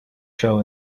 show